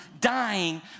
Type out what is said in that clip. dying